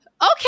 okay